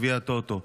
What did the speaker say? גביע הטוטו.